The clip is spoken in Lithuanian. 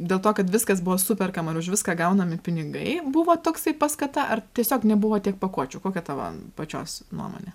dėl to kad viskas buvo superkama ir už viską gaunami pinigai buvo toksai paskata ar tiesiog nebuvo tiek pakuočių kokia tavo pačios nuomonė